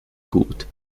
gut